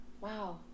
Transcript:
Wow